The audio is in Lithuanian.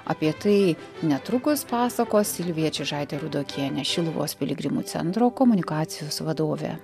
apie tai netrukus pasakos silvija čiužaitė rudokienė šiluvos piligrimų centro komunikacijos vadovė